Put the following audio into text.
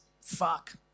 fuck